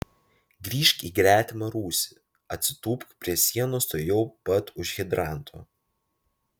grįžk į gretimą rūsį atsitūpk prie sienos tuojau pat už hidranto